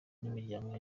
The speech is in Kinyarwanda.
imiryango